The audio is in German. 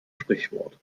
sprichwort